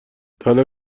طلا